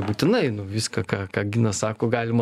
būtinai nu viską ką ka ginas sako galima